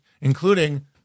including